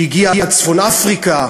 והגיעה עד צפון-אפריקה,